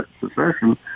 Succession